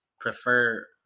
prefer